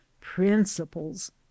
principles